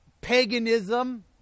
paganism